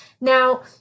Now